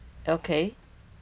okay